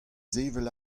sevel